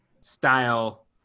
style